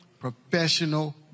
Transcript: professional